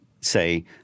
say